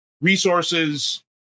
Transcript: resources